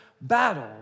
battle